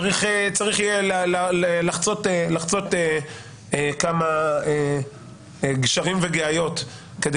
צריך יהיה לחצות כמה גשרים וגאיות כדי